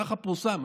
ככה פורסם,